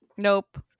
Nope